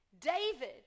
david